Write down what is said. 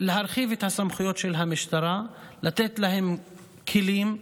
בהרחבת הסמכויות של המשטרה, לתת להם כלים ואמצעים.